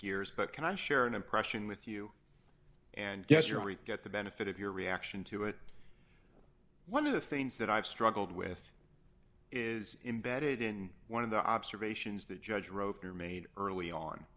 gears but can i share an impression with you and gesserit get the benefit of your reaction to it one of the things that i've struggled with is embedded in one of the observations that judge rover made early on